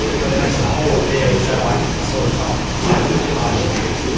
that makes the whole affair sound like a sort of up market party trick.